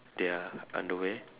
their underwear